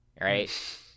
Right